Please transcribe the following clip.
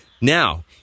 Now